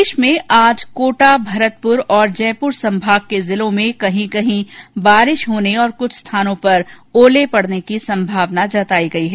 प्रदेश में आज कोटा भरतपुर और जयपुर संभाग के जिलों में कहीं कहीं बारिश होने और कुछ स्थानों पर ओले पडने के संभावना है